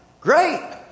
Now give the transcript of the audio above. Great